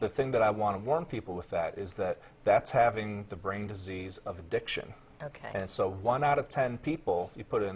the thing that i want to warn people with that is that that's having the brain disease of addiction ok and so one out of ten people you put i